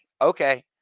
okay